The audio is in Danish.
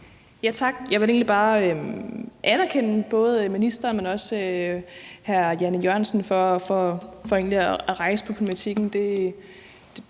Tak. Jeg vil egentlig bare anerkende både ministeren, men også hr. Jan E. Jørgensen for at rejse problematikken.